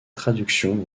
traduction